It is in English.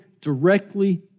directly